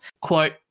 quote